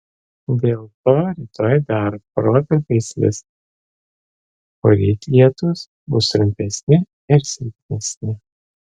dėl to rytoj dar protarpiais lis poryt lietūs bus trumpesni ir silpnesni